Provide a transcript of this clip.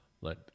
Let